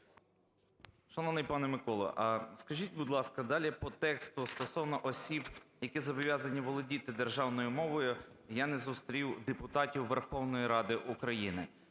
Шановний пане Миколо, скажіть, будь ласка, далі по тексту стосовно осіб, які зобов'язані володіти державною мовою, я не зустрів депутатів Верховної Ради України.